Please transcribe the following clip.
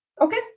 okay